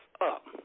up